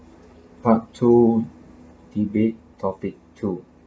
part two debate topic two